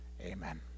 Amen